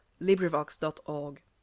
LibriVox.org